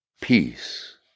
peace